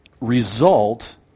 result